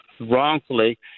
wrongfully